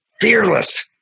Fearless